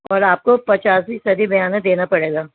اور آپ کو پچاس فیصدی بیعانہ دینا پڑے گا